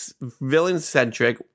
villain-centric